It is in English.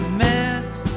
mess